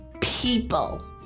people